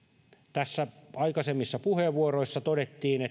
tässä aikaisemmissa puheenvuoroissa todettiin